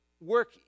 work